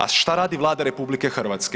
A šta radi Vlada RH?